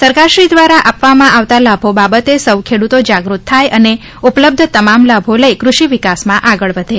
સરકારશ્રી દ્વારા આપવામાં આવતા લાભો બાબતે સૌ ખેડૂતો જાગૃત થાય અને ઉપલબ્ધ તમામ લાભો લઇ કૃષિ વિકાસમાં આગળ વધે